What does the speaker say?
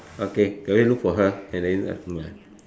okay go and look for her and then ya